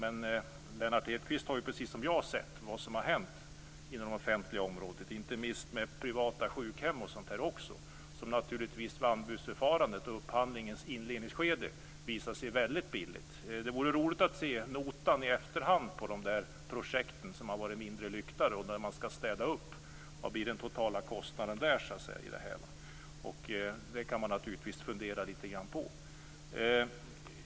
Men Lennart Hedquist har ju precis som jag sett vad som har hänt inom det offentliga området, inte minst när det gäller privata sjukhem som vid anbudsförfarandet och i upphandlingens inledningsskede visade sig väldigt billigt. Det vore roligt att i efterhand se notan för de projekt som har varit mindre lyckade och vad den totala kostnaden blir när man skall städa upp. Det kan man naturligtvis fundera lite grann över.